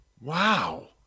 Wow